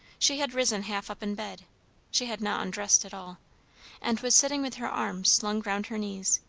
she had risen half up in bed she had not undressed at all and was sitting with her arms slung round her knees,